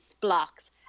blocks